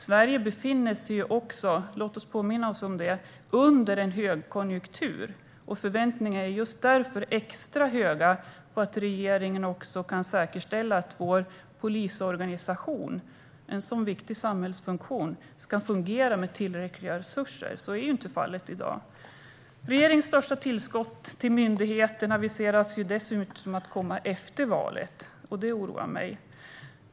Sverige befinner sig också - låt oss påminna oss om det - i en högkonjunktur. Förväntningarna är just därför extra höga på att regeringen kan säkerställa att vår polisorganisation, en sådan viktig samhällsfunktion, ska fungera med tillräckliga resurser. Så är ju inte fallet i dag. Regeringens största tillskott till myndigheten ser dessutom ut att komma efter valet, och det oroar mig.